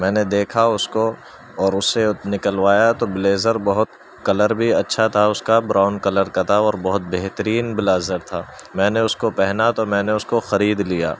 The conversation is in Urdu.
میں نے دیکھا اس کو اور اسے نکلوایا تو بلیزر بہت کلر بھی اچھا تھا اس كا براؤن كلر كا تھا اور بہت بہترین بلازر تھا میں نے اس کو پہنا تو میں نے اس کو خرید لیا